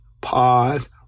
Pause